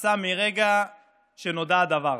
עשה מרגע שנודע הדבר.